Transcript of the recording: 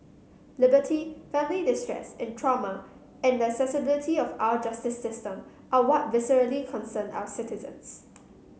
liberty family distress and trauma and the accessibility of our justice system are what viscerally concern our citizens